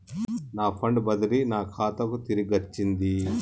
నా ఫండ్ బదిలీ నా ఖాతాకు తిరిగచ్చింది